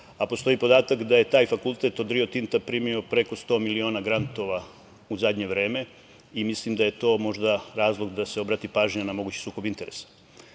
Postoji podatak da je taj fakultet od „Rio Tinta“ primio 100 miliona grantova u zadnje vreme i mislim da je to možda razlog da se obrati pažnja na mogući sukob interesa.S